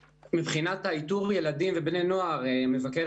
לגבי איתור ילדים ובני נוער המבקר